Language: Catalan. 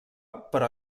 però